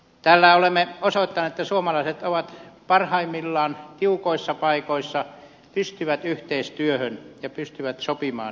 tällä olemme osoittaneet että suomalaiset ovat parhaimmillaan tiukoissa paikoissa pystyvät yhteistyöhön ja pystyvät sopimaan asioista